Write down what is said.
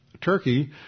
Turkey